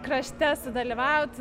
krašte sudalyvaut